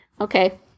Okay